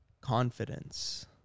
Confidence